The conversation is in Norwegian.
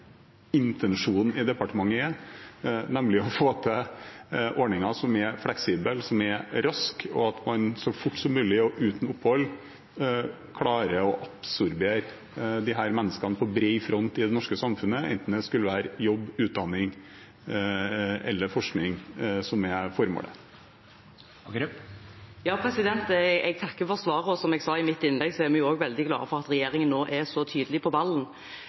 intensjonen i departementet er, nemlig å få til ordninger som er fleksible, som er raske, og at man så fort som mulig og uten opphold klarer å absorbere disse menneskene på brei front i det norske samfunnet, enten det skulle være jobb, utdanning eller forskning som er formålet. Jeg takker for svaret. Som jeg sa i mitt innlegg, er vi veldig glad for at regjeringen nå er så tydelig på ballen,